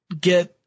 get